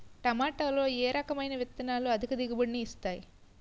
టమాటాలో ఏ రకమైన విత్తనాలు అధిక దిగుబడిని ఇస్తాయి